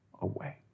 away